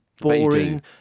boring